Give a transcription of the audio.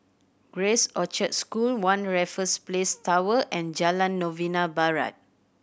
Grace Orchard School One Raffles Place Tower and Jalan Novena Barat